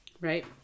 Right